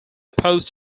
post